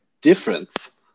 difference